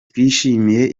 twishimiye